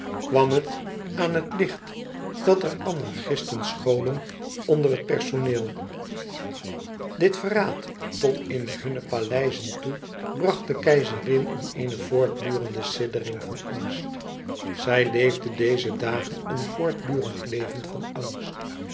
kwam het aan het licht dat er anarchisten scholen onder het personeel dit verraad tot in hunne paleizen toe bracht de keizerin in eene voortdurende siddering van angst zij leefde deze dagen een voortdurend leven van angst